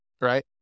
right